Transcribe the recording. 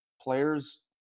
players